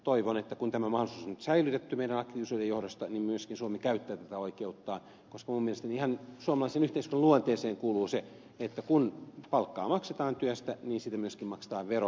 toivon että kun tämä mahdollisuus on nyt säilytetty meidän aktiivisuutemme johdosta suomi myöskin käyttää tätä oikeuttaan koska minun mielestäni ihan suomalaisen yhteiskunnan luonteeseen kuuluu se että kun palkkaa maksetaan työstä niin siitä myöskin maksetaan vero